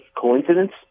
coincidence